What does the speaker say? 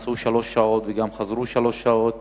נסעו שלוש שעות וגם חזרו שלוש שעות.